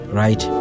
right